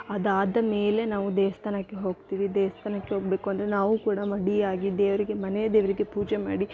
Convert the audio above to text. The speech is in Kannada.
ಅದಾದ ಮೇಲೆ ನಾವು ದೇವಸ್ಥಾನಕ್ಕೆ ಹೋಗ್ತೀವಿ ದೇವಸ್ಥಾನಕ್ಕೆ ಹೋಗಬೇಕು ಅಂದರೆ ನಾವು ಕೂಡ ಮಡಿಯಾಗಿ ದೇವರಿಗೆ ಮನೆ ದೇವರಿಗೆ ಪೂಜೆ ಮಾಡಿ